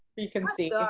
you can see.